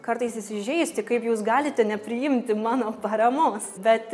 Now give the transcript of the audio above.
kartais įsižeisti kaip jūs galite nepriimti mano paramos bet